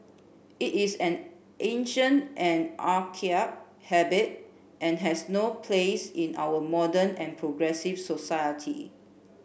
it is an ancient and archaic habit and has no place in our modern and progressive society